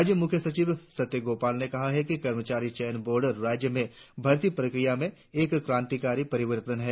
राज्य मुख्य सचिव सत्यगोपाल ने कहा कि कर्मचारी चयन बोर्ड राज्य में भर्ती प्रक्रिया में एक क्रांतिकारी परिवर्तन है